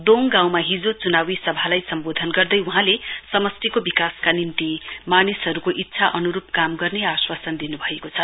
दोङ गाँउमा हिजो चुनावी सभालाई सम्बोधन गर्दै वहाँले समस्टिवारे विकासका निम्ति मानिसहरुको इच्छा अनुरुप काम गर्ने आश्वासन दिनुभएको छ